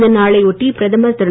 இந்த நாளை ஒட்டி பிரதமர் திரு